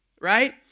right